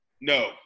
No